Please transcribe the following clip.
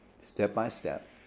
step-by-step